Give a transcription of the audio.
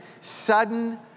sudden